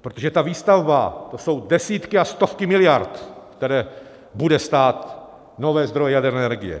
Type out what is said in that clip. protože ta výstavba, to jsou desítky a stovky miliard, které budou stát nové zdroje jaderné energie.